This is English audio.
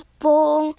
full